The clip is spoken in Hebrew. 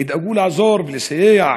ידאגו לעזור ולסייע